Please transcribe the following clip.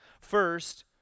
First